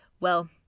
well,